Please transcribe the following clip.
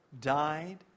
died